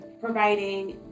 providing